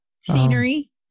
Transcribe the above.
Scenery